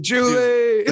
Julie